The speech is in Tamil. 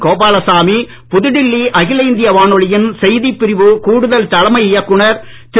கோபாலசாமி புதுடில்வி அகில இந்திய வானொலியின் செய்திப் பிரிவு கூடுதல் தலைமை இயக்குநர் திரு